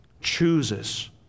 chooses